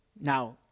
Now